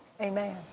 Amen